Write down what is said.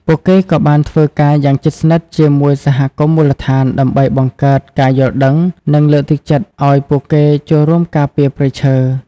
ពួកគេក៏បានធ្វើការយ៉ាងជិតស្និទ្ធជាមួយសហគមន៍មូលដ្ឋានដើម្បីបង្កើតការយល់ដឹង និងលើកទឹកចិត្តឱ្យពួកគេចូលរួមការពារព្រៃឈើ។